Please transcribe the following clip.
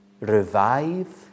revive